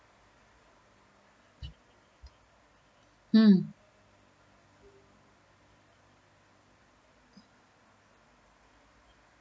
mm